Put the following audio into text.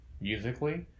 musically